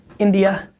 india,